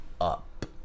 up